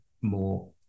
more